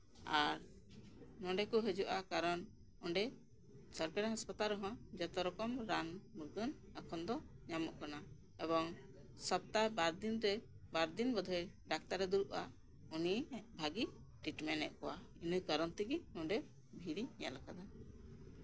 ᱟᱨ ᱱᱚᱰᱮ ᱠᱚ ᱦᱤᱡᱩᱜᱼᱟ ᱠᱟᱨᱚᱱ ᱚᱸᱰᱮ ᱥᱚᱨᱠᱟᱨᱤ ᱦᱟᱥᱯᱟᱛᱟᱞ ᱨᱮᱦᱚᱸ ᱡᱚᱛᱚ ᱨᱚᱠᱚᱢ ᱨᱟᱱ ᱢᱩᱨᱜᱟᱹᱱ ᱫᱚ ᱧᱟᱢᱚᱜ ᱠᱟᱱᱟ ᱮᱵᱚᱝ ᱥᱚᱯᱛᱟᱨᱮ ᱵᱟᱨ ᱫᱤᱱ ᱵᱟᱨᱫᱤᱱ ᱵᱳᱫᱷᱚᱭ ᱰᱟᱠᱛᱟᱨ ᱮ ᱫᱩᱲᱩᱵᱟ ᱩᱱᱤ ᱵᱷᱟᱜᱮ ᱴᱤᱴᱢᱮᱱᱴ ᱮᱜ ᱠᱚᱣᱟ ᱤᱱᱟᱹ ᱠᱟᱨᱚᱱ ᱛᱮᱜᱮ ᱚᱸᱰᱮ ᱵᱷᱤᱲᱤᱧ ᱧᱮᱞ ᱠᱟᱫᱟ